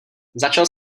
začal